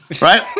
Right